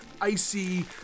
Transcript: icy